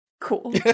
Cool